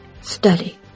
study